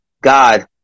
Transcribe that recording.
God